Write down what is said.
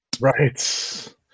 Right